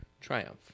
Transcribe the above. Triumph